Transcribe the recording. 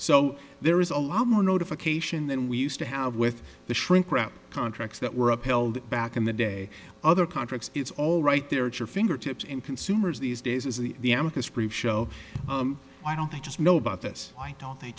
so there is a lot more notification than we used to have with the shrinkwrap contracts that were upheld back in the day other contracts it's all right there at your fingertips in consumers these days is the amica supreme show why don't i just know about this why don't they